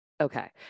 Okay